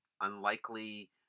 unlikely